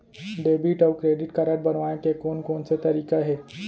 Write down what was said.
Debit अऊ credit card बनवाए के कोन कोन से तरीका हे?